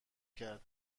کرد